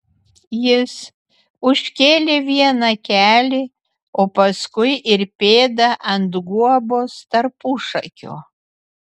jis užkėlė vieną kelį o paskui ir pėdą ant guobos tarpušakio